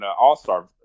all-star